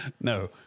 no